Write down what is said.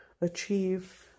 achieve